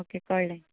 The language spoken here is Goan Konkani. ओके कळ्ळें